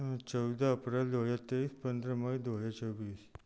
चौदह फरवरी दो हज़ार तेइस पंद्रह मई दो हज़ार चौबीस